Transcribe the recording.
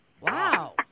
Wow